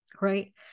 Right